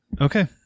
okay